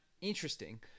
interesting